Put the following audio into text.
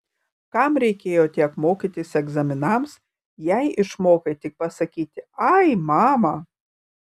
kam reikėjo tiek mokytis egzaminams jei išmokai tik pasakyti ai mama